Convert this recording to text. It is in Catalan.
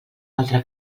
altre